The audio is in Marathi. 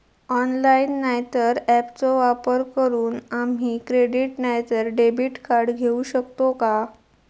ऑनलाइन नाय तर ऍपचो वापर करून आम्ही क्रेडिट नाय तर डेबिट कार्ड घेऊ शकतो का?